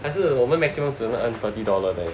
还是我们 maximum 只能 earn thirty dollar leh